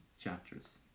chapters